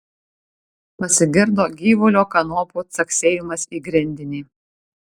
pasigirdo gyvulio kanopų caksėjimas į grindinį